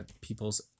people's